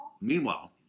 Meanwhile